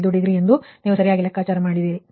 2 degree ಯೆಂದು ನೀವು ಸರಿಯಾಗಿ ಲೆಕ್ಕಾಚಾರ ಮಾಡಿದ್ದೀರಿ